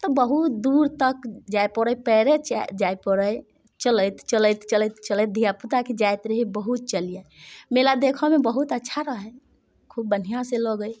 तऽ बहुत दूर तक जाय पड़ै पयरे जाइ पड़ैय चलैत चलैत धिया पूताके जाइत रहिये बहुत चलियै मेला देखऽमे बहुत अच्छा रहै खूब बढ़िआँसँ लगै